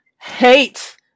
hate